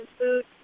food